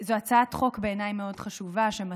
זו הצעת חוק מאוד חשובה בעיניי,